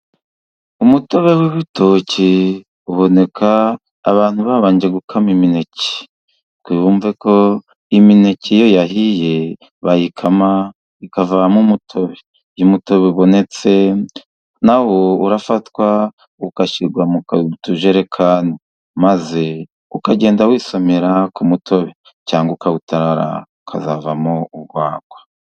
Umutobe w'ibitoki uboneka abantu babanje gukama imineke, ngo bumve ko imineke iyo yahiye, bayikama ikavamo umutobe, iyo umutobe ubonetse na wo urafatwa ugashyirwa mutujerekani, maze ukagenda wisomera ku mutobe, cyangwa ukawutara ukazavamo urwagwa.